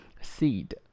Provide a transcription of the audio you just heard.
Seed